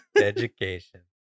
Education